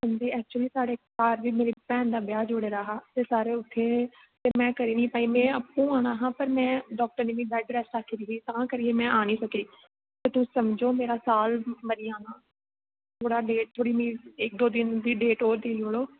हां जी ऐक्चूयली साढ़े घर बी मेरी भैन दी ब्याह् जुड़े दा हा ते सारे उत्थें में करी नी पाई में आपूं आना हा पर में डॉक्टर ने मिगी बैड रैस्ट आक्खी दी ही तां करियै में आं नी सकी ते तुस समझो मेरा साल मरी जाना थोह्ड़ा लेट थोह्ड़ी मी दो दिन दी डेट होर देई उड़ो